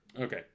okay